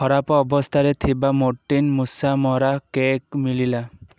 ଖରାପ ଅବସ୍ଥାରେ ଥିବା ମୋର୍ଟିନ୍ ମୂଷା ମରା କେକ୍ ମିଳିଲା